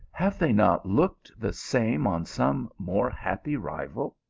have they not looked the same on some more happy rival?